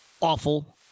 Awful